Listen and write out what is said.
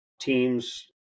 teams